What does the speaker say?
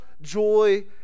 joy